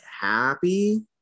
happy